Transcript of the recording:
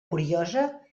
curiosa